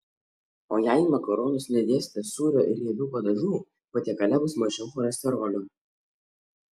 o jei į makaronus nedėsite sūrio ir riebių padažų patiekale bus mažiau cholesterolio